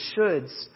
shoulds